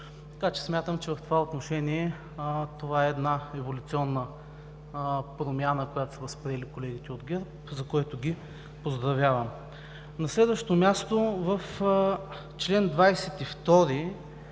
Така че смятам, че в това отношение това е една еволюционна промяна, които са възприели колегите от ГЕРБ, за което ги поздравявам. На следващо място, в чл. 22